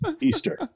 Easter